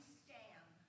stand